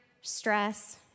stress